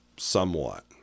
somewhat